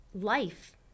Life